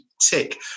tick